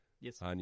Yes